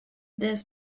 death